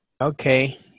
Okay